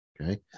okay